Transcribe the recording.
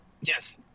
Yes